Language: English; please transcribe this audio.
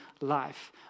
life